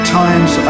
times